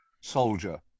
Soldier